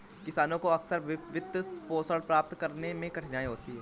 किसानों को अक्सर वित्तपोषण प्राप्त करने में कठिनाई होती है